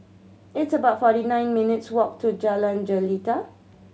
it's about forty nine minutes' walk to Jalan Jelita